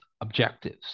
objectives